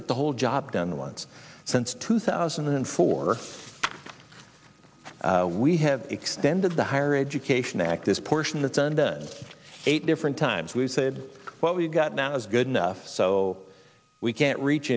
get the whole job done once since two thousand and four we have extended the higher education act this portion that sunday eight different times we've said what we've got now is good enough so we can't reach